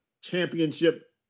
championship